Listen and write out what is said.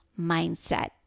mindset